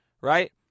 right